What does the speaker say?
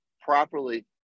properly